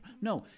no